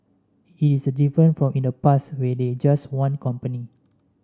is different from in the past where they just want company